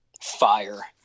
Fire